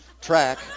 track